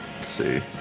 See